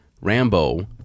Rambo